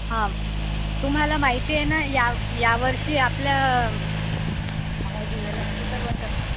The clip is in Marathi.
हा तुम्हाला माहिती आहे ना या यावर्षी आपलं आवाज येऊ राहिला स्पीकर बंद कर